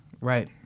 Right